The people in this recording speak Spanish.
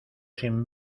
sin